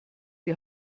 die